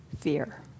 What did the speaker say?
fear